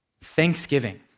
Thanksgiving